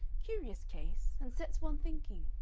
curious case and sets one thinking.